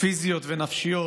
פיזיות ונפשיות,